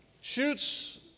shoots